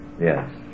Yes